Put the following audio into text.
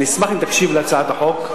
אני אשמח אם תקשיב להצעת החוק,